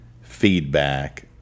feedback